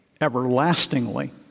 everlastingly